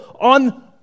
on